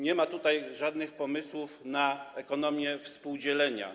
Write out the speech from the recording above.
Nie ma tutaj żadnych pomysłów na ekonomię współdzielenia.